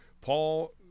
Paul